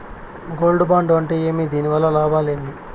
Gold bond అంటే ఏమి? దీని వల్ల లాభాలు ఏమి?